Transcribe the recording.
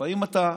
לפעמים אתה,